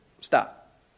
Stop